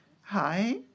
Hi